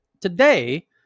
today